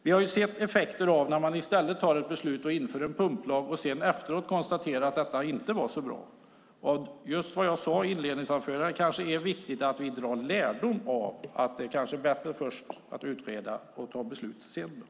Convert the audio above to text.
Vi har ju sett effekterna när man i stället fattar ett beslut och inför en pumplag och efteråt konstaterar att det inte var så bra. Som jag sade i inledningsanförandet kanske det är viktigt att dra lärdom av att det är bättre att först utreda och sedan fatta beslut.